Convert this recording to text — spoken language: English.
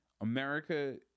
America